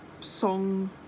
song